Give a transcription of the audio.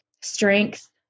strength